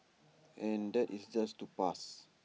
and that is just to pass